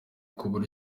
kubura